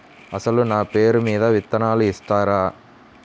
అసలు నా పేరు మీద విత్తనాలు ఇస్తారా?